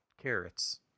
carrots